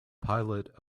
pilot